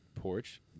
Porch